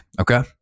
Okay